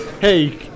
Hey